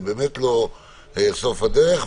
זה באמת לא סוף הדרך.